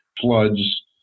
floods